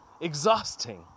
exhausting